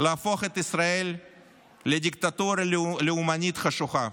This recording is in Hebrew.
להפוך את ישראל לדיקטטורה לאומנית חשוכה,